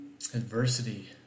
Adversity